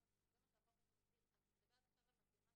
בהוראות חוק זה כדי למנוע שימוש במצלמות